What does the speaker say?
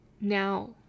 Now